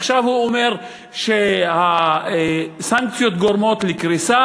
עכשיו הוא אומר שהסנקציות גורמות לקריסה